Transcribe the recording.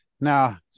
now